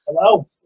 Hello